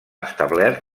establert